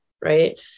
right